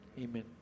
Amen